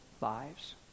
lives